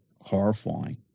horrifying